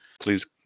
please